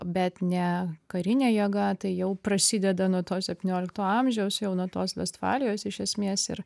bet ne karine jėga tai jau prasideda nuo to septyniolikto amžiaus jau nuo tos vestfalijos iš esmės ir